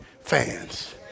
fans